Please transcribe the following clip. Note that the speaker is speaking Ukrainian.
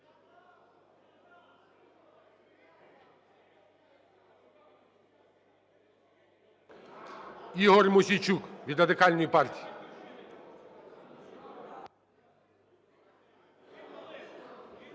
Ігор Мосійчук від Радикальної партії.